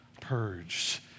purged